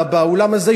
באולם הזה,